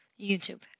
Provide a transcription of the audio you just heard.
YouTube